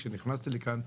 כשנכנסתי לכאן,